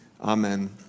Amen